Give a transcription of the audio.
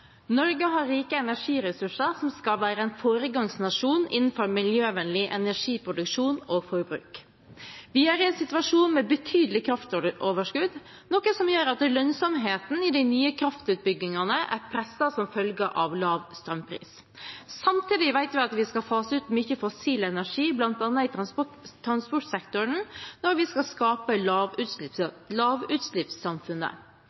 Norge. Norge har rike energiressurser og skal være en foregangsnasjon innenfor miljøvennlig energiproduksjon og forbruk. Vi er i en situasjon med betydelig kraftoverskudd, noe som gjør at lønnsomheten i de nye kraftutbyggingene er presset som følge av lav strømpris. Samtidig vet vi at vi skal fase ut mye fossil energi, bl.a. i transportsektoren, når vi skal skape